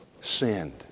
sinned